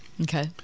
Okay